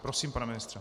Prosím, pane ministře.